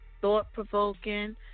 thought-provoking